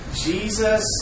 Jesus